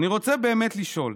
אני רוצה באמת לשאול.